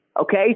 Okay